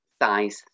size